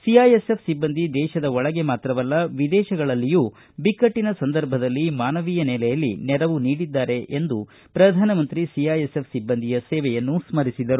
CISF ಸಿಬ್ಬಂದಿ ದೇಶದ ಒಳಗೆ ಮಾತ್ರವಲ್ಲ ವಿದೇಶಗಳಲ್ಲಿಯೂ ಬಿಕ್ಕಟ್ಟಿನ ಸಂದರ್ಭದಲ್ಲಿ ಮಾನವೀಯ ನೆಲೆಯಲ್ಲಿ ನೆರವು ನೀಡಿದ್ದಾರೆ ಎಂದು ಪ್ರಧಾನಮಂತ್ರಿ ಸಿಐಎಸ್ಎಫ್ ಸಿಬ್ಬಂದಿಯ ಸೇವೆಯನ್ನು ಸ್ಥರಿಸಿದರು